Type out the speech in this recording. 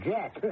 Jack